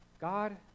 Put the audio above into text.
God